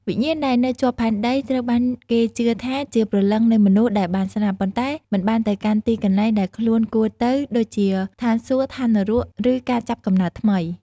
វិញ្ញាណដែលនៅជាប់ផែនដី ត្រូវបានគេជឿថាជាព្រលឹងនៃមនុស្សដែលបានស្លាប់ ប៉ុន្តែមិនបានទៅកាន់ទីកន្លែងដែលខ្លួនគួរទៅ ដូចជាឋានសួគ៌ ឋាននរក ឬការចាប់កំណើតថ្មី។